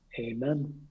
Amen